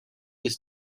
was